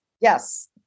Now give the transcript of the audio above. Yes